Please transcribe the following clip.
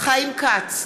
חיים כץ,